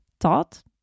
thought